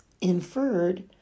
inferred